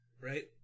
Right